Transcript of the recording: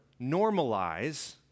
normalize